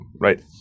right